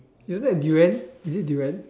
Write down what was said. isn't that durian is it durian